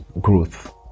Growth